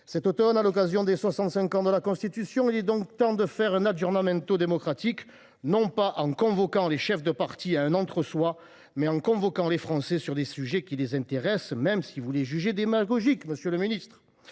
Cet automne, à l’occasion des soixante cinq ans de la Constitution, il est donc temps de faire un démocratique, non en convoquant les chefs de partis politiques à un entre soi, mais en convoquant les Français sur des sujets qui les intéressent, même si vous les jugez démagogiques, monsieur le garde